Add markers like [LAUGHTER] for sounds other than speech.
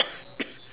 [COUGHS]